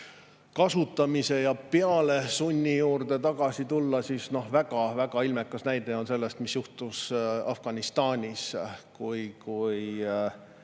kasutamise ja pealesunni juurde tagasi tulla, siis väga-väga ilmekas näide on see, mis juhtus Afganistanis, kui